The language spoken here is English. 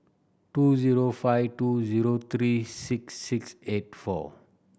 two zero five two zero three six six eight four